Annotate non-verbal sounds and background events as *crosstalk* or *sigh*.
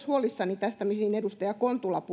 *unintelligible* huolissani tästä mihin edustaja kontula *unintelligible*